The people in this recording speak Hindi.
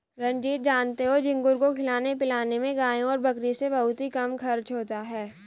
रंजीत जानते हो झींगुर को खिलाने पिलाने में गाय और बकरी से बहुत ही कम खर्च होता है